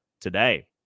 today